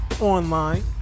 online